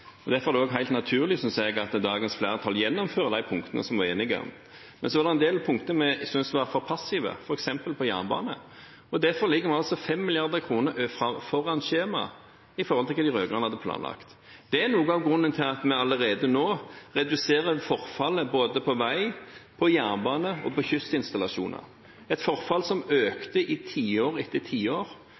Derfor er det også helt naturlig, synes jeg, at dagens flertall gjennomfører de punktene som vi var enige om. Men så er det en del punkter vi syntes var for passive, f.eks. på jernbane. Derfor ligger vi altså 5 mrd. kr foran skjemaet i forhold til hva de rød-grønne hadde planlagt. Det er noe av grunnen til at vi allerede nå reduserer forfallet både på vei, på jernbane og på kystinstallasjoner – et forfall som økte i tiår etter tiår,